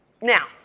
Now